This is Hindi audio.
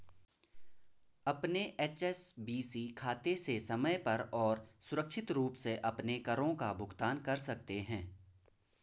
अपने एच.एस.बी.सी खाते से समय पर और सुरक्षित रूप से अपने करों का भुगतान कर सकते हैं